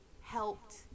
helped